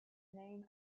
name